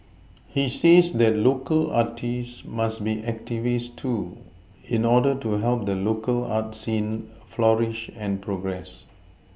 he says that local artists must be activists too in order to help the local art scene flourish and progress